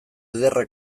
ederra